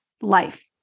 life